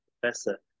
Professor